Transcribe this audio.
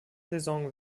saison